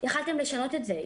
יכולתם לשנות את זה,